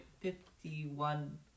fifty-one